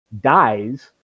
dies